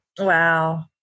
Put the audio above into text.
Wow